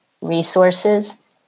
resources